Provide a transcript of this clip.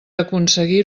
aconseguir